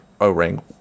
O-ring